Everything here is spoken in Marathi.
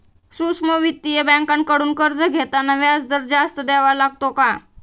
सूक्ष्म वित्तीय बँकांकडून कर्ज घेताना व्याजदर जास्त द्यावा लागतो का?